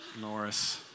Norris